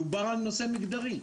דובר על נושא מגדרי.